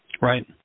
Right